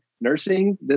nursing